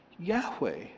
Yahweh